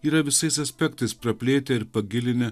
yra visais aspektais praplėtę ir pagilinę